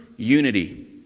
Unity